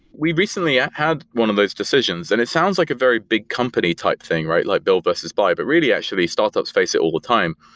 we recently had one of those decisions, and it sounds like a very big company type thing, like build versus buy. but really, actually, startups face it all the time.